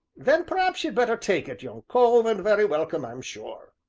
then p'r'aps you'd better take it, young cove, and very welcome, i'm sure.